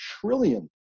trillion